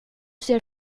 ser